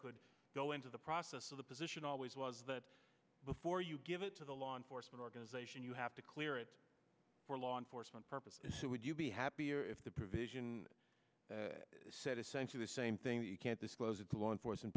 could go into the process of the position always was that before you give it to the law enforcement organization you have to clear it for law enforcement purposes so would you be happier if the provision said essentially the same thing that you can't disclose it to law enforcement